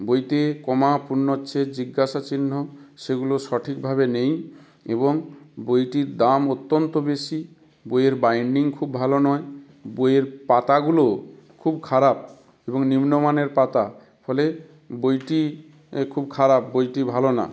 বইতে কমা পূর্ণচ্ছেদ জিজ্ঞাসা চিহ্ন সেগুলো সঠিকভাবে নেই এবং বইটির দাম অত্যন্ত বেশি বইয়ের বাইন্ডিং খুব ভালো নয় বইয়ের পাতাগুলোও খুব খারাপ এবং নিম্নমানের পাতা ফলে বইটি খুব খারাপ বইটি ভালো না